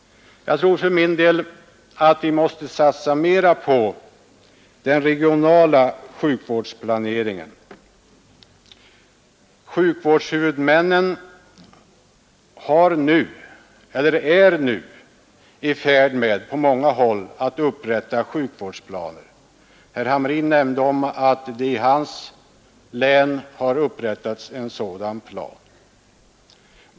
För min del tror jag att vi måste satsa mera på den regionala sjukvårdsplaneringen. Sjukvårdshuvudmännen är nu på många håll i färd med att upprätta sjukvårdsplaner. Herr Hamrin nämnde också att det i hans län har upprättats en sådan plan.